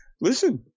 listen